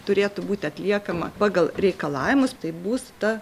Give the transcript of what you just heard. turėtų būti atliekama pagal reikalavimus tai bus ta